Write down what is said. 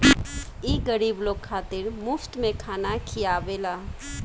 ई गरीब लोग खातिर मुफ्त में खाना खिआवेला